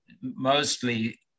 mostly